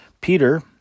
Peter